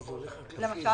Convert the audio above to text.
זה יכול להיות למגוון